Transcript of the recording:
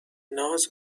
ناز